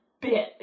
bit